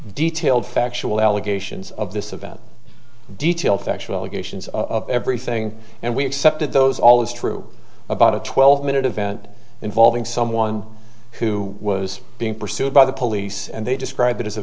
detailed factual allegations of this event detail factual allegations of everything and we accepted those all is true about a twelve minute event involving someone who was being pursued by the police and they describe it as a